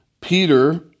Peter